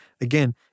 again